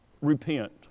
repent